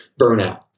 burnout